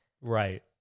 Right